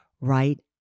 right